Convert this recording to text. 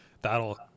that'll